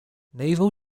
naval